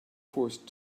forced